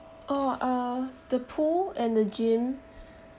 orh uh the pool and the gym